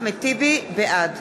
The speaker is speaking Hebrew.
בעד